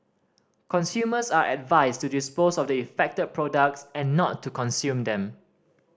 consumers are advised to dispose of the affected products and not to consume them